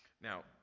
Now